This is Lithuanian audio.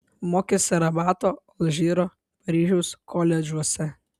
mokėsi rabato alžyro paryžiaus koledžuose